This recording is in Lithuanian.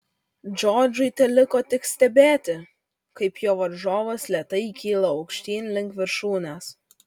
džordžui teliko tik stebėti kaip jo varžovas lėtai kyla aukštyn link viršūnės